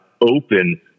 open